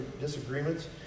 disagreements